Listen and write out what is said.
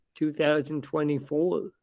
2024